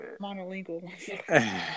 monolingual